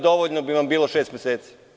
Dovoljno bi vam bilo šest meseci.